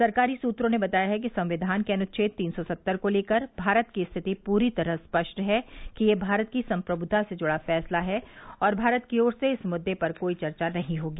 सरकारी सूत्रों ने बताया है कि संविधान के अनुच्छेद तीन सौ सत्तर को लेकर भारत की स्थिति पूरी तरह स्पष्ट है कि यह भारत की संप्रभुता से जुड़ा फैसला है और भारत की ओर से इस मुद्दे पर कोई चर्चा नहीं होगी